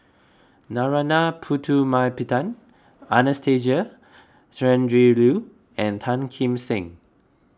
Narana Putumaippittan Anastasia Tjendri Liew and Tan Kim Seng